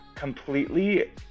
completely